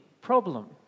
problem